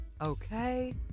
Okay